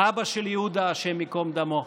אבא של יהודה, השם ייקום דמו,